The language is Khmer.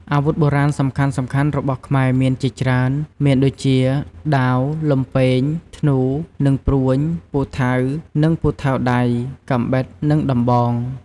អាវុធបុរាណសំខាន់ៗរបស់ខ្មែរមានជាច្រើន មានដូចជា ដាវ លំពែង ធ្នូ និងព្រួញ ពូថៅ និងពូថៅដៃ កាំបិត និងដំបង។